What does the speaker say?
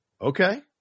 Okay